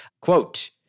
Quote